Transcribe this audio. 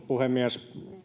puhemies